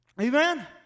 Amen